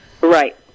Right